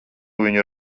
viņu